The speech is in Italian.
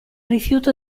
rifiuto